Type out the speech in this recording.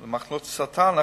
מחלות כמו סרטן,